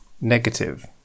Negative